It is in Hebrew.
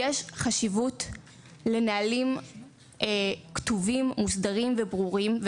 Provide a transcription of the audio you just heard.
יש חשיבות לנהלים כתובים, מוסדרים וברורים.